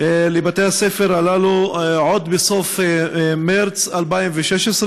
לבתי-הספר הללו עוד בסוף מרס 2016,